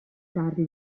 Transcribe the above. tardi